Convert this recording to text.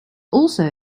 also